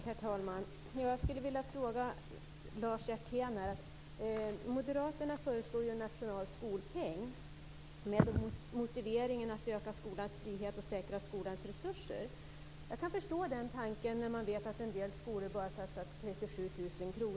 Herr talman! Jag skulle vilja ställa en fråga till Lars Hjertén. Moderaterna föreslår en nationell skolpeng med motiveringen att öka skolans frihet och säkra skolans resurser. Jag kan förstå den tanken när man vet att en del skolor bara satsat 37 000 kr.